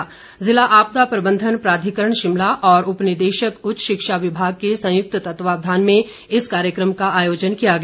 शिमला जिला आपदा प्रबंधन प्राधिकरण और उपनिदेशक उच्च शिक्षा विभाग के संयुक्त तत्वावधान में इस कार्यक्रम का आयोजन किया गया